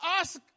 ask